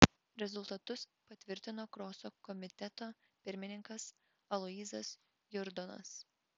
rezultatus patvirtino kroso komiteto pirmininkas aloyzas jurdonas